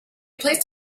placed